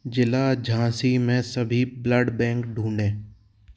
ज़िला झाँसी में सभी ब्लड बैंक ढूँढें